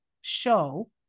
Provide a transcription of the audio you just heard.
show